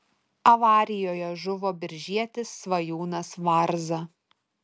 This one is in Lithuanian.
avarijoje žuvo biržietis svajūnas varza